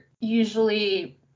usually